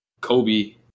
Kobe